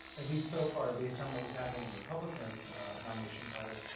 at least so far based on what was happening in the republican nomination contest,